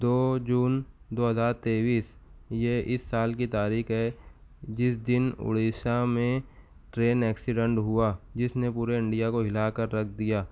دو جون دو ہزار تیئیس یہ اس سال کی تاریخ ہے جس دن اڑیسہ میں ٹرین ایکسیڈنٹ ہوا جس نے پورے انڈیا کو ہلا کر رکھ دیا